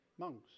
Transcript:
monks